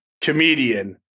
comedian